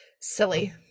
silly